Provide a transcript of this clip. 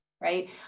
Right